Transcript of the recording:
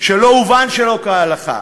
שלא אובן שלא כהלכה,